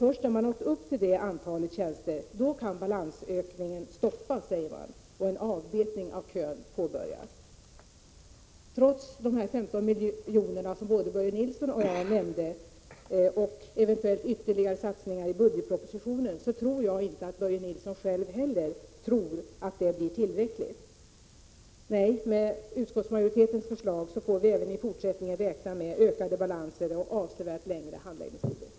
Först när man har nått upp till detta antal tjänster kan balansökningen stoppas och en avbetning av kön påbörjas, säger man. Jag tror att inte heller Börje Nilsson själv — trots dessa 15 milj.kr. i resursförstärkningar, som både han och jag nämnde, och eventuellt ytterligare satsningar i budgetpropositionen — tror att insatserna är tillräckliga. Nej, med utskottsmajoritetens förslag får vi även i fortsättningen räkna med ökade balanser och avsevärt längre handläggningstider.